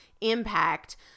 impact